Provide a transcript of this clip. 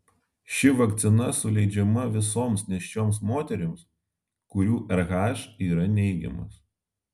ši vakcina suleidžiama visoms nėščioms moterims kurių rh yra neigiamas